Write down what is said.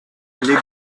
les